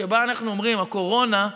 שבה אנחנו אומרים: הקורונה,